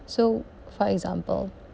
so for example